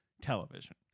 television